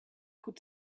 could